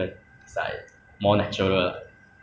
老师没有的开 meh 我全部老师有开的 eh